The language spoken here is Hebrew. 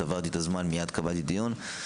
מייד קבעתי דיון.